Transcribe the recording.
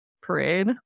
parade